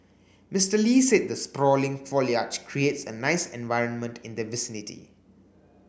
Mister Lee said the sprawling foliage creates a nice environment in the vicinity